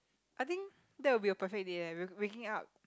I think that will be a perfect day ah wake waking out